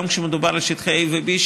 גם כשמדובר על שטחי A ו-B,